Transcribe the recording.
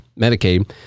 Medicaid